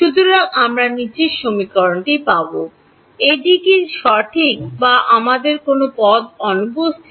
সুতরাং আমি পাবো এটি কি সঠিক বা আমরা কোনও পদ অনুপস্থিত